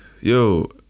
Yo